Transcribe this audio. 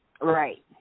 Right